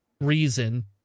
reason